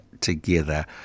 together